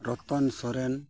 Ratan Soren